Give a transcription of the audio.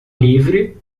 livre